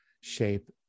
shape